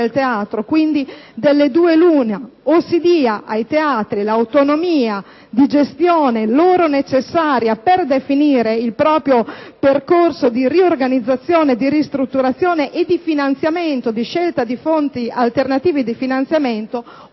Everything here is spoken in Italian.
Quindi delle due l'una: si dia ai teatri l'autonomia di gestione loro necessaria per definire il proprio percorso di riorganizzazione e ristrutturazione e di scelta di fonti alternative di finanziamento,